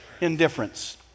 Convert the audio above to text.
Indifference